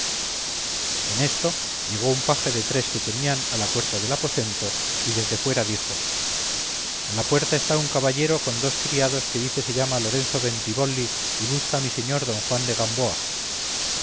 en esto llegó un paje de tres que tenían a la puerta del aposento y desde fuera dijo a la puerta está un caballero con dos criados que dice se llama lorenzo bentibolli y busca a mi señor don juan de gamboa